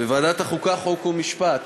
בוועדת החוקה, חוק ומשפט